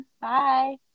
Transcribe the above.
Bye